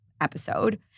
episode